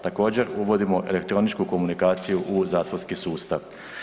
Također, uvodimo elektroničku komunikaciju u zatvorski sustav.